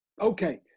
okay